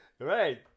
right